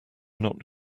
not